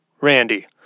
Randy